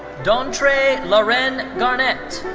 dontrey laren garnett.